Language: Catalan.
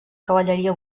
cavalleria